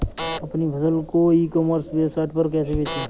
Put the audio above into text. अपनी फसल को ई कॉमर्स वेबसाइट पर कैसे बेचें?